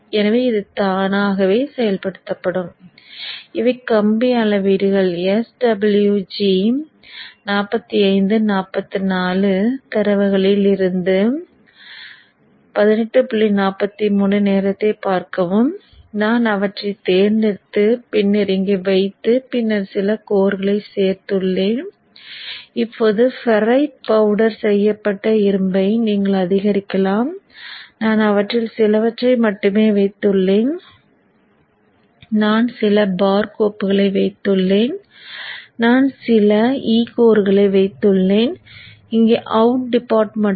எனவே இது தானாகவே செயல்படுத்தப்படும் இவை கம்பி அளவீடுகள் swg 45 44